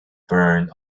burn